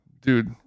Dude